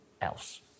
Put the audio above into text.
else